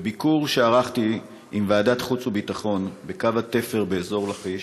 בביקור שערכתי עם ועדת חוץ וביטחון בקו התפר באזור לכיש,